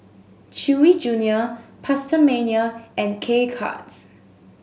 Chewy Junior PastaMania and K Cuts